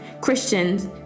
Christians